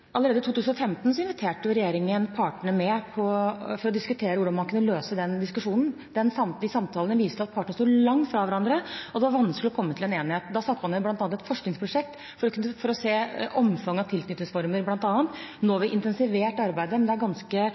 Allerede i 2015 inviterte regjeringen partene med for å diskutere hvordan man kunne løse. De samtalene viste at partene sto langt fra hverandre, og det var vanskelig å komme til en enighet. Da satte man bl.a. i gang et forskningsprosjekt for å se omfanget av tilknytningsformer. Nå har vi intensivert arbeidet, men det er ganske